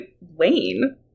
Wayne